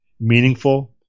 meaningful